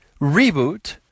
reboot